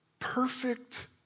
Perfect